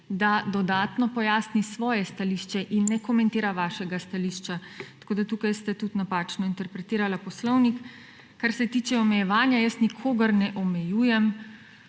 da dodatno pojasni svoje stališče in ne komentira vašega stališča. Tako ste tukaj tudi napačno interpretirala poslovnik. Kar se tiče omejevanja, jaz nikogar ne omejujem.